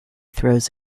throws